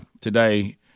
today